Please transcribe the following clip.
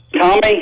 Tommy